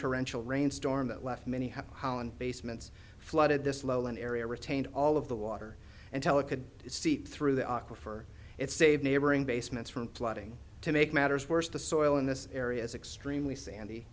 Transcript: torrential rain storm that left many holland basements flooded this low an area retained all of the water and tell it could see through the aquifer it saved neighboring basements from flooding to make matters worse the soil in this area is extremely sandy